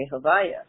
Havaya